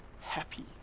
happy